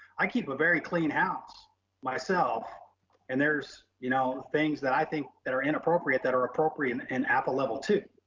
i keep a very clean house myself and there's, you know, things that i think that are inappropriate, that are appropriate in and appa level ii.